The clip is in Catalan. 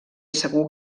segur